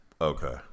Okay